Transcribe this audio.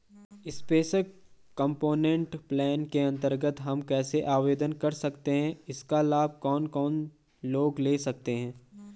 Special component plan के अन्तर्गत हम कैसे आवेदन कर सकते हैं इसका लाभ कौन कौन लोग ले सकते हैं?